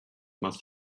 must